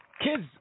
kids